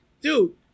Dude